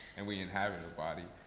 and we inhabit a body.